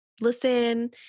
listen